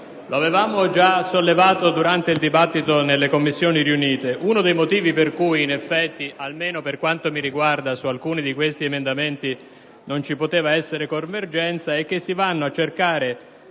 Come avevamo già dichiarato durante il dibattito nelle Commissioni riunite, uno dei motivi per cui in effetti, almeno per quanto mi riguarda, su alcuni di questi emendamenti non ci poteva essere convergenza è che si vanno a cercare